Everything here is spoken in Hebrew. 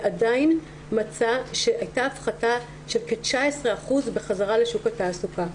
ועדיין מצא שהייתה הפחתה של כ-19% בחזרה לשוק התעסוקה.